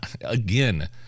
again